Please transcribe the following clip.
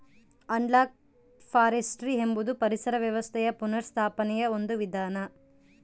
analogue forestry ಎಂಬುದು ಪರಿಸರ ವ್ಯವಸ್ಥೆಯ ಪುನಃಸ್ಥಾಪನೆಯ ಒಂದು ವಿಧಾನ